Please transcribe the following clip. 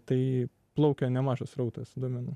tai plaukia nemažas srautas duomenų